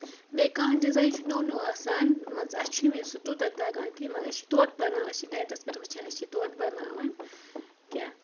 بیٚیہِ کانٛہہ ڈِزایِن چھُ نوٚو نوٚو آسان مان ژٕ اَسہِ چھُنہٕ وٕنہِ سُہ تیوٗتاہ تَگان کِہیٖنۍ مگر أسۍ چھِ توتہِ بَناوان أسۍ چھِ نیٚٹَس پٮ۪ٹھ وٕچھان أسۍ چھِ توتہِ بَناوان کینٛہہ